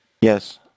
Yes